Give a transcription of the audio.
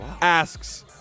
asks